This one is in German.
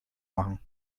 machen